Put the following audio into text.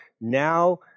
now